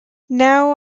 now